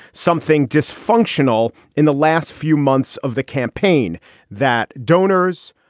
something dysfunctional in the last few months of the campaign that donors,